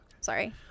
Sorry